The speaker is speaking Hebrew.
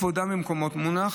כבודם במקומם מונח,